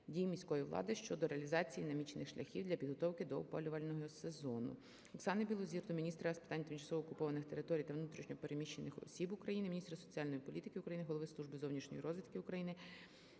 дій міської влади щодо реалізації намічених шляхів для підготовки до опалювального сезону. Оксани Білозір до міністра з питань тимчасово окупованих територій та внутрішньо переміщених осіб України, міністра соціальної політики України, голови Служби зовнішньої розвідки України